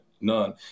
none